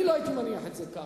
אני לא הייתי מניח את זה כך.